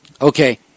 Okay